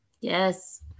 Yes